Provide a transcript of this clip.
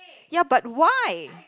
ya but why